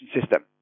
system